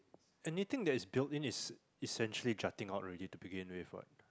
anything that is built in is is essentially jutting out already to begin with what